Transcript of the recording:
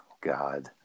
God